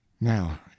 Now